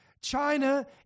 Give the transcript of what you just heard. China